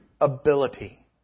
ability